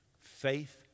Faith